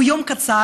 הוא יום קצר.